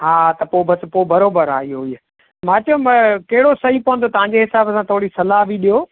हा त पोइ बसि पोइ बराबरि आहे ईहेई मां चयमि कहिड़ो सही पवंदो तव्हांजे हिसाब सां थोरी सलाहु बि ॾियो